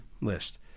list